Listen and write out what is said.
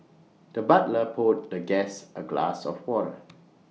the butler poured the guest A glass of water